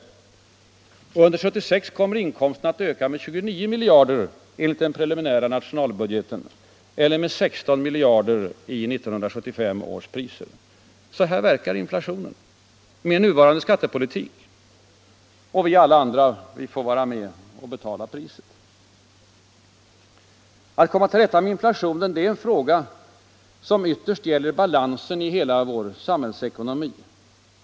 Och under 1976 kommer inkomsterna att öka med 29 miljarder enligt den preliminära nationalbudgeten eller med 16 miljarder i 1975 års priser. Så verkar inflationen — med nuvarande skattepolitik. Det är vi alla som betalar priset. Att komma till rätta med inflationen är en fråga som ytterst gäller balansen i hela vår samhällsekonomi.